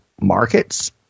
markets